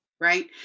right